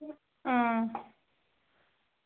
आं